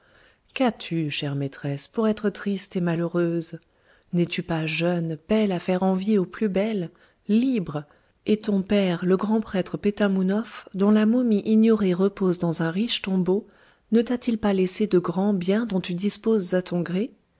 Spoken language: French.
qu'as-tu chère maîtresse pour être triste et malheureuse n'es-tu pas jeune belle à faire envie aux plus belles libre et ton père le grand prêtre pétamounoph dont la momie ignorée repose dans un riche tombeau ne t'a-t-il pas laissé de grands biens dont tu disposes à ton gré